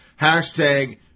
Hashtag